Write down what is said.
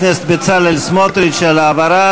הדין ולשבת מאחורי סורג ובריח כל חייו.